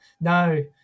No